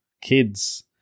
kids